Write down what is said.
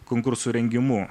konkursų rengimu